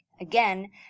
Again